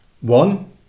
One